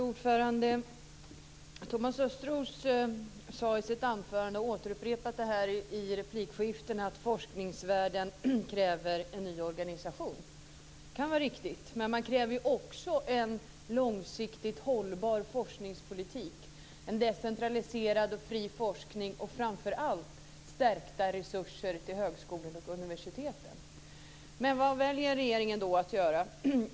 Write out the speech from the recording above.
Fru talman! Thomas Östros sade i sitt anförande och upprepade det i replikskiften att forskningsvärlden kräver en ny organisation. Det kan vara riktigt, men man kräver också en långsiktigt hållbar forskningspolitik, en decentraliserad och fri forskning och framför allt stärkta resurser till högskolor och universitet. Men vad väljer regeringen att göra?